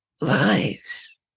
lives